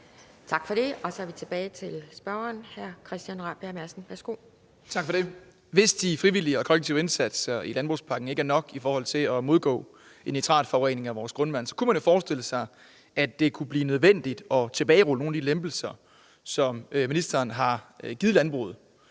Tak for det, og så er vi tilbage til spørgeren, hr. Christian Rabjerg Madsen. Værsgo. Kl. 14:01 Christian Rabjerg Madsen (S): Tak for det. Hvis de frivillige og kollektive indsatser i landbrugspakken ikke er nok i forhold til at modgå en nitratforurening af vores grundvand, kunne man jo forestille sig, at det kunne blive nødvendigt at tilbagerulle nogle af de lempelser, som ministeren har givet landbruget.